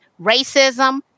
racism